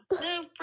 no